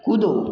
कूदो